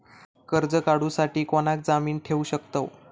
कर्ज काढूसाठी कोणाक जामीन ठेवू शकतव?